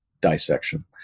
dissection